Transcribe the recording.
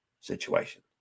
situation